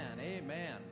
amen